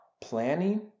planning